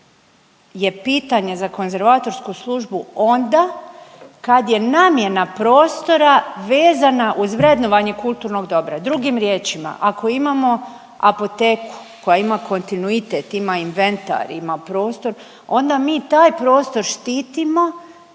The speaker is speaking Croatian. je pitanje za konzervatorsku služba onda kad je namjena prostora vezana uz vrednovanje kulturnog dobra. Drugim riječima, ako imamo apoteku koja ima kontinuitet, ima inventar, ima prostor onda mi taj prostor štitimo